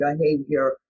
behavior